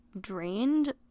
drained